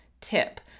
tip